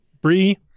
Brie